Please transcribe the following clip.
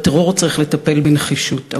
בטרור צריך לטפל בנחישות,